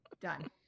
Done